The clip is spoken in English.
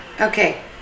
Okay